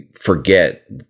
forget